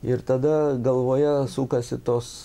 ir tada galvoje sukasi tos